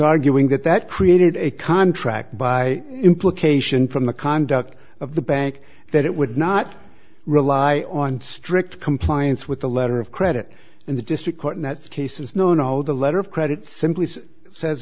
arguing that that created a contract by implication from the conduct of the bank that it would not rely on strict compliance with the letter of credit in the district court and that's the case is no no the letter of credit simply says